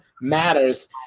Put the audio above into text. Matters